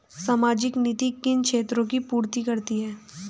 सामाजिक नीति किन क्षेत्रों की पूर्ति करती है?